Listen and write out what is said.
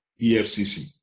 EFCC